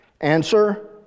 answer